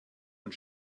und